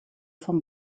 vom